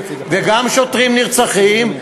וגם שוטרים נרצחים,